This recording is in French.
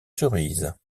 cerise